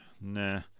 nah